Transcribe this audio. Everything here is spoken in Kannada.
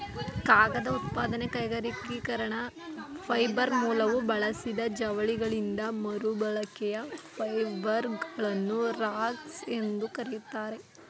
ಕಾಗದ ಉತ್ಪಾದನೆ ಕೈಗಾರಿಕೀಕರಣದ ಫೈಬರ್ ಮೂಲವು ಬಳಸಿದ ಜವಳಿಗಳಿಂದ ಮರುಬಳಕೆಯ ಫೈಬರ್ಗಳನ್ನು ರಾಗ್ಸ್ ಅಂತ ಕರೀತಾರೆ